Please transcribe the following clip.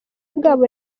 bwabo